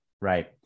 Right